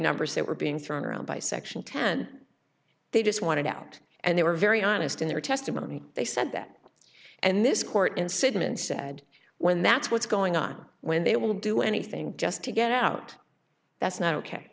numbers that were being thrown around by section ten they just wanted out and they were very honest in their testimony they said that and this court in sigman said when that's what's going on when they will do anything just to get out that's not ok